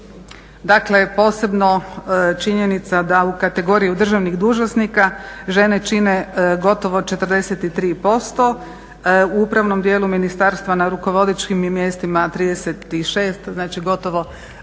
Dakle, posebno činjenica da u kategoriji državnih dužnosnika žene čine gotovo 43%. U upravnom dijelu ministarstva na rukovodećim je mjestima 36, znači gotovo